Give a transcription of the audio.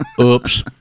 Oops